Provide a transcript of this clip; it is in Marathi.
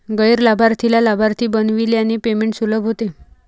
गैर लाभार्थीला लाभार्थी बनविल्याने पेमेंट सुलभ होते